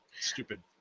stupid